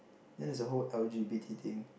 then there's a whole L_G_B_T thing